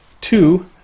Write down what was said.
Two